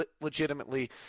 legitimately